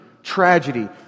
tragedy